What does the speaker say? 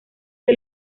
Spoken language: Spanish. que